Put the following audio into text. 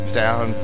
down